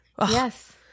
Yes